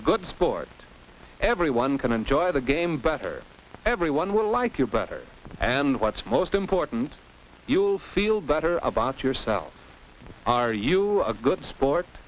good sport everyone can enjoy the game better everyone will like you better and what's most important you'll feel better about yourself are you a good sport